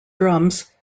drums